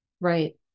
Right